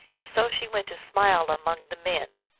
and so she went to smile among the men.